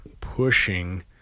pushing